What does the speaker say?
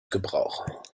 gebrauch